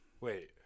Wait